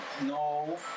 No